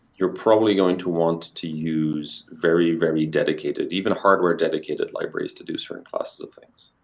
you're probably going to want to use very, very dedicated, even hardware dedicated libraries to do certain classes of things.